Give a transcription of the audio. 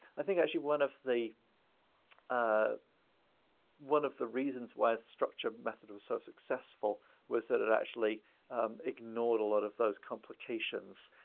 i think actually one of the ah one of the reasons why the structure method was so successful was that it actually ignored a lot of those complications.